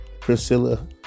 Priscilla